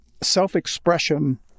self-expression